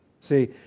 See